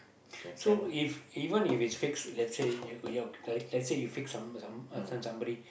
so if even if is fix let's say you you're uh let's say you fix some some uh this one somebody